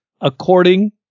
according